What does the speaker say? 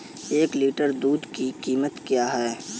एक लीटर दूध की कीमत क्या है?